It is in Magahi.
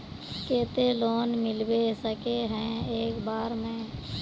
केते लोन मिलबे सके है एक बार में?